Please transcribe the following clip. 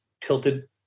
tilted